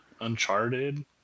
Uncharted